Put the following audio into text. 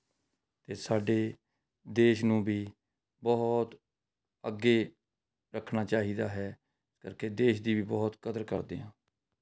ਅਤੇ ਸਾਡੇ ਦੇਸ਼ ਨੂੰ ਵੀ ਬਹੁਤ ਅੱਗੇ ਰੱਖਣਾ ਚਾਹੀਦਾ ਹੈ ਇਸ ਕਰਕੇ ਦੇਸ਼ ਦੀ ਵੀ ਬਹੁਤ ਕਦਰ ਕਰਦੇ ਹਾਂ